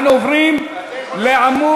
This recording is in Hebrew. אנחנו עוברים לעמוד